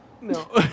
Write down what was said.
no